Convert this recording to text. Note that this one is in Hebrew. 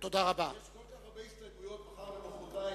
יש כל כך הרבה הסתייגויות מחר ומחרתיים,